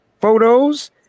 photos